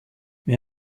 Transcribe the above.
wir